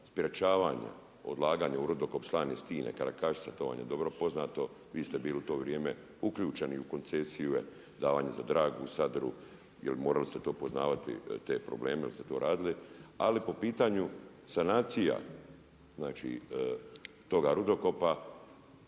sprječavanja odlaganja u rudokop Slane stine, Karakašica to vam je dobro poznato, vi ste bili u to vrijeme uključeni u koncesije davanje za Dragu …/Govornik se ne razumije./…, jer morali ste to poznavati te probleme jer ste to radili. Ali po pitanju sanacija, znači toga rudokopa